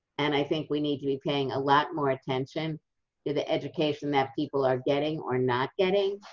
and i think we need to be paying a lot more attention to the education that people are getting or not getting,